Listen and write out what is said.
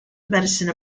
medicine